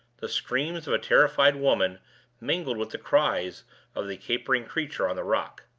the screams of a terrified woman mingled with the cries of the capering creature on the rock.